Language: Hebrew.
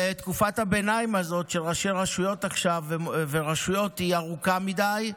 ותקופת הביניים הזאת עכשיו של ראשי הרשויות והרשויות היא ארוכה מדי,